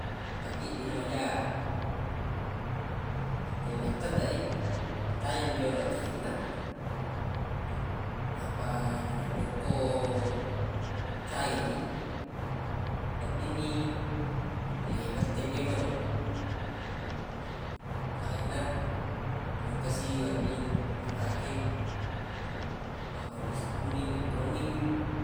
Tapi deq namaja akko matteddeq i tajenni jolo cair na nappa narekko ko cair ni weddinni le bette pemeng bareq na engka si wedding na pake mabbalu nasi kuning akko wenni wi